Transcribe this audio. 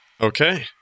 Okay